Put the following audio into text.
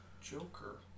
Joker